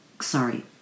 Sorry